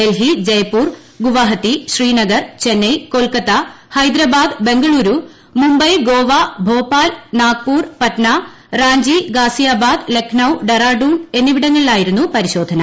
ഡൽഹി ജയ്പൂർ ഗുവാഹത്തി ശ്രീന്ഗൂർ ചെന്നൈ കൊൽക്കത്ത ഹൈദരാബാദ് ബംഗളൂരു മുംഒരു്പ് ഗോവ ഭോപാൽ നാഗ്പൂർ പട്ന റാഞ്ചി ഗാസിയാബാദ് ലക്നഇ ഉൾക്റാഡൂൺ എന്നിവിടങ്ങളിലായിരുന്നു പരിശോധന